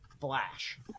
Flash